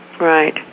Right